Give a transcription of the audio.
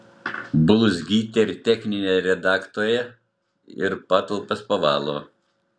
bulzgytė ir techninė redaktorė ir patalpas pavalo